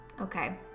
Okay